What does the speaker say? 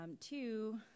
two